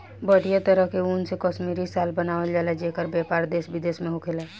बढ़िया तरह के ऊन से कश्मीरी शाल बनावल जला जेकर व्यापार देश विदेश में होखेला